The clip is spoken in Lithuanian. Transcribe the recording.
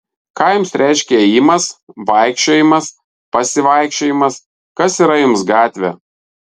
ką jums reiškia ėjimas vaikščiojimas pasivaikščiojimas kas yra jums gatvė